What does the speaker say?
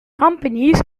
companies